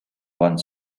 one